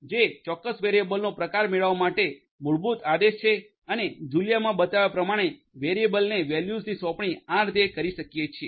જે ચોક્કસ વેરિયેબલનો પ્રકાર મેળવવા માટે મૂળભૂત આદેશ છે અને જુલિયામાં બતાવ્યા પ્રમાણે વેરીએબલને વેલ્યુઝની સોંપણી આ રીતે કરી શકીએ છીએ